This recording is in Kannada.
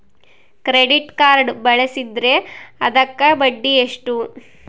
ಕ್ರೆಡಿಟ್ ಕಾರ್ಡ್ ಬಳಸಿದ್ರೇ ಅದಕ್ಕ ಬಡ್ಡಿ ಎಷ್ಟು?